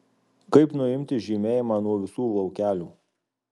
kaip nuimti žymėjimą nuo visų laukelių